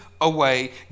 away